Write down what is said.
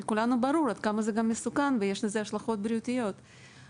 לכולנו ברור עד כמה זה מסוכן ואיזה השלכות בריאותיות יש לזה.